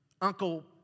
uncle